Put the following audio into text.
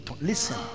listen